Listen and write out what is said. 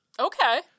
Okay